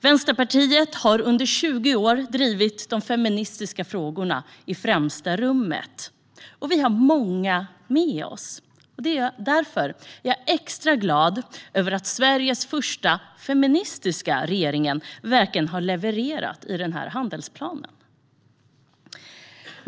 Vänsterpartiet har under 20 år satt de feministiska frågorna i främsta rummet. Vi har många med oss. Därför är jag extra glad över att Sveriges första feministiska regering verkligen har levererat i denna handlingsplan.